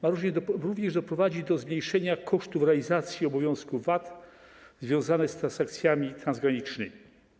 Ma również doprowadzić do zmniejszenia kosztów realizacji obowiązku VAT w związku z transakcjami transgranicznymi.